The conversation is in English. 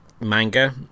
manga